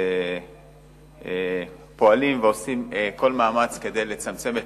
אנחנו פועלים ועושים כל מאמץ כדי לצמצם את